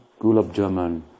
Gulabjaman